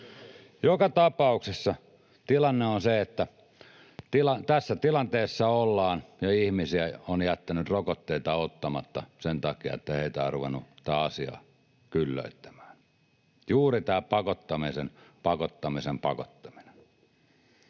Joka tapauksessa tilanne on se, että tässä tilanteessa ollaan ja ihmisiä on jättänyt rokotteita ottamatta sen takia, että heitä on ruvennut tämä asia kyllöittämään — juuri tämä pakottamisen pakottamisen